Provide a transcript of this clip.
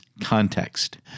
context